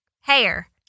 hair